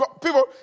People